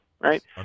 right